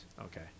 Okay